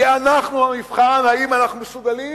כי המבחן הוא האם אנחנו מסוגלים